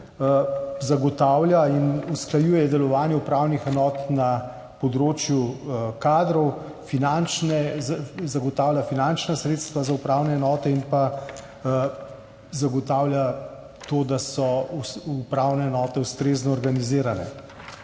zagotavlja in usklajuje delovanje upravnih enot na področju kadrov, zagotavlja finančna sredstva za upravne enote in zagotavlja to, da so upravne enote ustrezno organizirane.